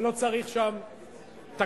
ולא צריך שם תקנות.